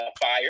fire